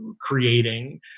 creating